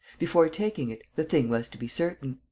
before taking it, the thing was to be certain.